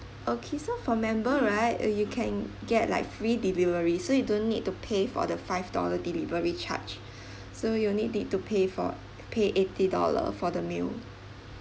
okay so for member right uh you can get like free delivery so you don't need to pay for the five dollar delivery charge so you only need to pay for pay eighty dollar for the meal